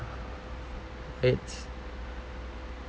aides